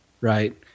right